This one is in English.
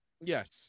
Yes